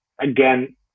again